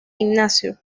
ignacio